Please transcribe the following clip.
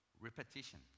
Repetition